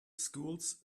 schools